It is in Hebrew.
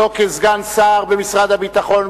לא כסגן שר במשרד הביטחון,